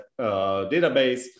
database